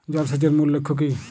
জল সেচের মূল লক্ষ্য কী?